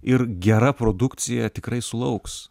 ir gera produkcija tikrai sulauks